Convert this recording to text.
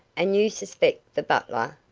and you suspect the butler?